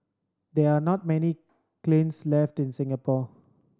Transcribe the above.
there are not many kilns left in Singapore